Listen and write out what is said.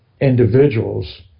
individuals